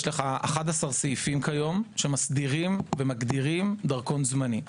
יש 11 סעיפים שמסדירים ומגדירים דרכון זמני.